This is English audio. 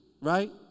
right